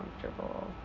comfortable